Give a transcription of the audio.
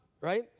right